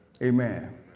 Amen